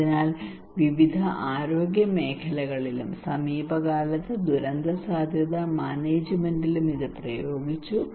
അതിനാൽ വിവിധ ആരോഗ്യ മേഖലകളിലും സമീപകാലത്ത് ദുരന്തസാധ്യതാ മാനേജ്മെന്റിലും ഇത് പ്രയോഗിച്ചു